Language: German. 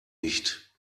nicht